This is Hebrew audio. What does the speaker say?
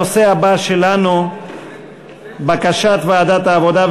הנושא הבא שלנו הוא בקשת ועדת העבודה,